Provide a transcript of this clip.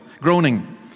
groaning